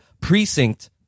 precinct